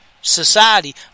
society